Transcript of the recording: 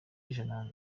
ijana